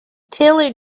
taylor